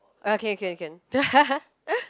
ah can can can